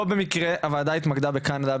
לא במקרה הוועדה התמקדה בקנדה,